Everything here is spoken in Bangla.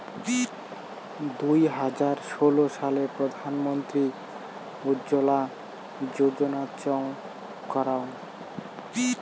দুই হাজার ষোলো সালে প্রধান মন্ত্রী উজ্জলা যোজনা চং করাঙ